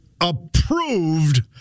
approved